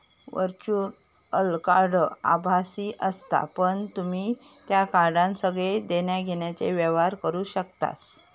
virtual card आभासी असता पण तुम्ही त्या कार्डान सगळे घेण्या देण्याचे व्यवहार करू शकतास